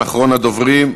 אחרון הדוברים,